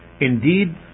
Indeed